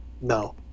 No